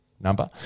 number